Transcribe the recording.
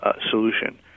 solution